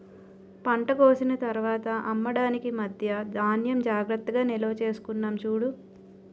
పంట కోసిన తర్వాత అమ్మడానికి మధ్యా ధాన్యం జాగ్రత్తగా నిల్వచేసుకున్నాం చూడు